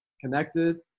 Connected